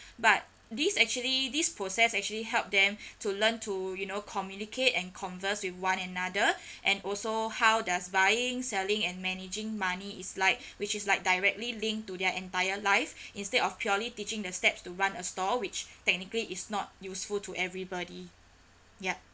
but these actually this process actually help them to learn to you know communicate and converse with one another and also how does buying selling and managing money is like which is like directly linked to their entire life instead of purely teaching the steps to run a store which technically is not useful to everybody ya